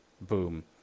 boom